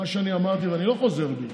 מה שאני אמרתי, ואני לא חוזר בי,